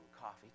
coffee